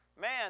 man